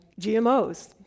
GMOs